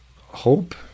hope